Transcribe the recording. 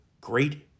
great